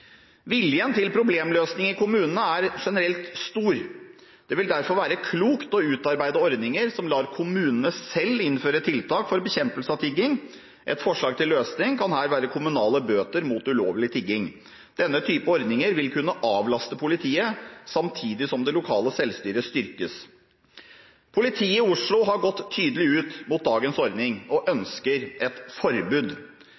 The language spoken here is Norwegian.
Viljen til problemløsning i kommunene er generelt stor. Det vil derfor være klokt å utarbeide ordninger som lar kommunene selv innføre tiltak for bekjempelse av tigging. Et forslag til løsning her kan være kommunale bøter mot ulovlig tigging. Denne type ordninger vil kunne avlaste politiet samtidig som det lokale selvstyret styrkes. Politiet i Oslo har gått tydelig ut mot dagens ordning og